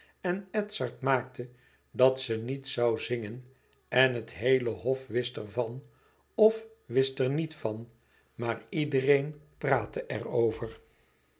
en edzard maakte dat ze niet zoû zingen en het heele hof wist er van of wist er niet van maar iedereen praatte